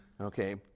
Okay